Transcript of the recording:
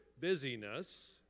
busyness